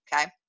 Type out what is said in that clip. Okay